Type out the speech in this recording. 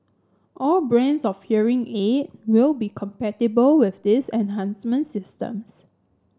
all brands of hearing aid will be compatible with these enhancement systems